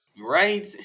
Right